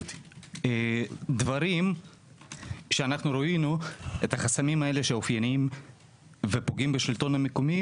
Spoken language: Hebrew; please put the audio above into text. חסמים שראינו שאופייניים ופוגעים בשלטון המקומי